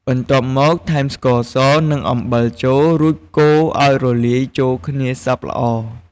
បន្ទាប់មក ថែមស្ករស និងអំបិលចូល រួចកូរឲ្យរលាយចូលគ្នាសព្វល្អ។